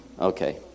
Okay